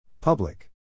public